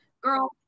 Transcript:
Girl